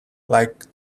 like